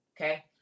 okay